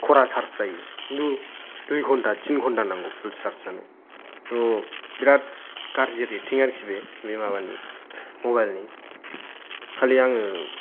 करा सार्जस जायो किन्थु दुइ घन्टा तिन घन्टा नांगौ फुल सार्जस जानो स' बेरात गाज्रि रेथिं आरोखि बे माबानि मबाइलनि खालि आङो